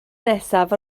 nesaf